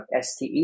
STE